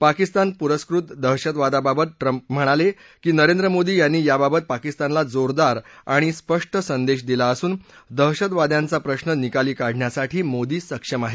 पाकिस्तान पुरस्कृत दहशतवादाबाबत ट्रंप म्हणाले की नरेंद्र मोदी यांनी याबाबत पाकिस्तानला जोरदार आणि स्पष्ट संदेश दिला असून दहशतवाद्याचा प्रश्न निकाली काढण्यासाठी मोदी सक्षम आहेत